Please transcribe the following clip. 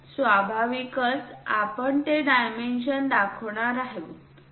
तर स्वाभाविकच आपण ते डायमेन्शन दाखवणार आहोत